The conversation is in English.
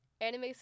anime